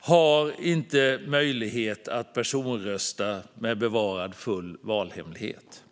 har till exempel inte möjlighet att personrösta med bevarad full valhemlighet.